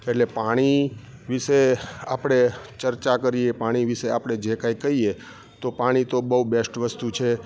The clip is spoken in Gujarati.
એટલે પાણી વિષે આપણે ચર્ચા કરીએ પાણી વિષે આપણે જે કાંઈ કહીએ તો પાણી તો બહુ બેસ્ટ વસ્તુ છે